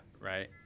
right